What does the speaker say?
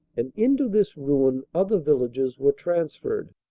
and into this ruin other villages were transferred.